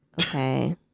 Okay